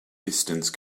distance